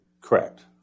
Correct